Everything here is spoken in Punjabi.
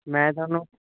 ਮੈਂ ਤੁਹਾਨੂੰ